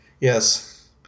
yes